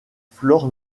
flore